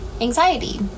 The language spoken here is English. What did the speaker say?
anxiety